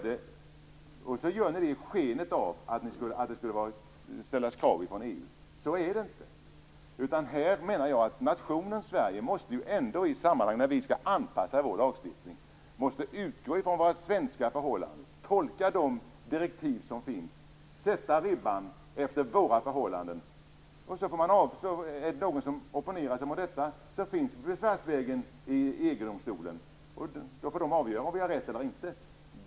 Det gör ni i skenet av att det skulle ställas krav från EU. Så är det inte, utan nationen Sverige måste ändå i samband med att vi anpassar vår lagstiftning utgå från de svenska förhållandena, tolka de direktiv som finns och sätta ribban efter våra förhållanden. Om någon opponerar sig mot detta, så finns besvärsvägen i EG-domstolen. Då får domstolen avgöra om vi har rätt eller inte.